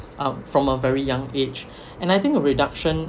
uh from a very young age and I think a reduction